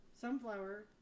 sunflower